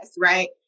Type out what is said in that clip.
Right